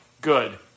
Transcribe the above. good